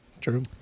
True